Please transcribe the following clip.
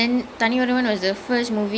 mm oh remake raja